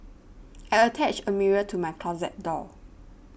I attached a mirror to my closet door